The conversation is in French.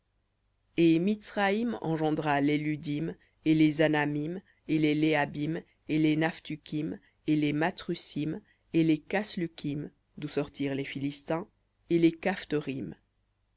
et mitsraïm engendra les ludim et les anamim et les lehabim et les naphte et les pathrusim et les caslukhim d'où sortirent les philistins et les